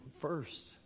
first